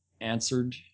answered